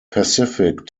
pacific